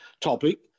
topic